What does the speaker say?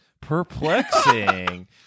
Perplexing